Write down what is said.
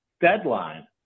deadline